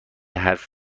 حرف